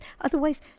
Otherwise